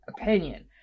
opinion